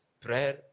prayer